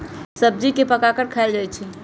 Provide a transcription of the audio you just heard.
सब्जी के पकाकर खायल जा हई